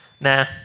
Nah